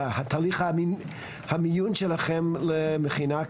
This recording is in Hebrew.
תהליך המיון שלכם למכינה,